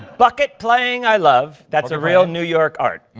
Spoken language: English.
bucket playing, i love. that's a real new york art.